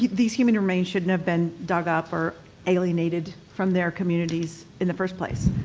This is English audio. these human remains shouldn't have been dug up or alienated from their communities in the first place.